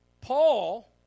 Paul